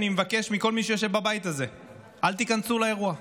אני מבקש מכל מי שיושב בבית הזה: אל תיכנסו לאירוע.